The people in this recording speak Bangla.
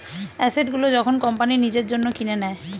অ্যাসেট গুলো যখন কোম্পানি নিজের জন্য কিনে নেয়